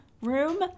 room